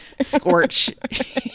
scorch